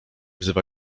wzywa